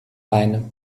beine